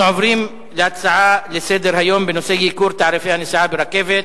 אנחנו עוברים להצעות לסדר-היום בנושא: ייקור תעריפי הנסיעה ברכבת,